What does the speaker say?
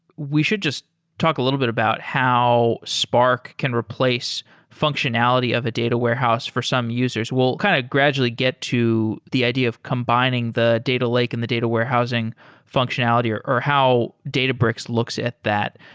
we should just talk a little bit about how spark can replace functionality of a data warehouse for some users. we'll kind of gradually get to the idea of combining the data lake and the data warehousing functionality or or how databricks looks at that.